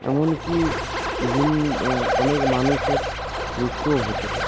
এমনকি বিভিন্ন অনেক মানুষের মৃত্যুও হতে পারে